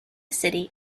city